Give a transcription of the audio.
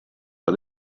but